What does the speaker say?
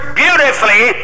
beautifully